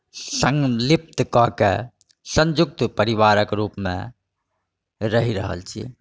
सन्लिप्त कऽ के सन्युक्त परिवारके रुपमे रहि रहल छी